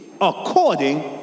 according